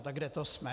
No tak kde to jsme?